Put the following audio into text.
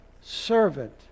servant